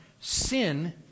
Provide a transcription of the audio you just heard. sin